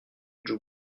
joue